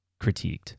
critiqued